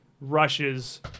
rushes